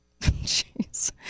Jeez